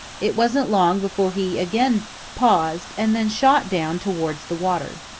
it wasn't long before he again paused and then shot down towards the water.